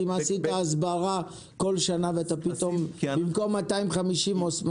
אם עשית הסברה בכל שנה ובמקום 250,000